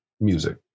music